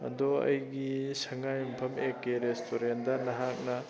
ꯑꯗꯣ ꯑꯩꯒꯤ ꯁꯉꯥꯏ ꯌꯨꯝꯐꯝ ꯑꯦ ꯀꯦ ꯔꯦꯁꯇꯨꯔꯦꯟꯗ ꯅꯍꯥꯛꯅ